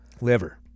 liver